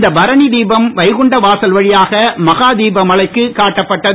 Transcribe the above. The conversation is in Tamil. இந்த பரணி திபம் வைகுண்ட வாசல் வழியாக மகா தீப மலைக்கு காட்டப்பட்டது